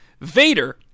Vader